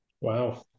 Wow